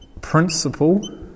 Principle